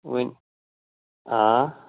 ؤنِو آ